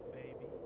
baby